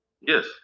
Yes